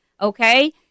Okay